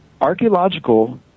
Archaeological